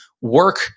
work